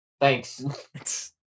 Thanks